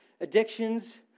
addictions